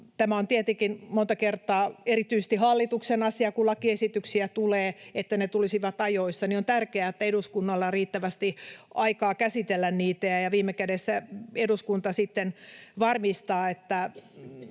tämä on tietenkin monta kertaa erityisesti hallituksen asia, se, että kun lakiesityksiä tulee, niin ne tulisivat ajoissa — niin on tärkeää, että eduskunnalla on riittävästi aikaa käsitellä niitä. Viime kädessä eduskunta sitten varmistaa, että